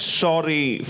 sorry